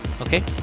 okay